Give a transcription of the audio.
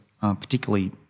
particularly